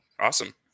Awesome